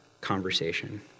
conversation